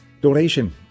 donation